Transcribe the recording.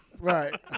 Right